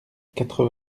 quatre